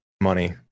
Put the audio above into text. money